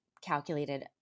calculated